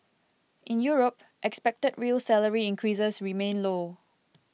in Europe expected real salary increases remain low